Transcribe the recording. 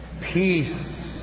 Peace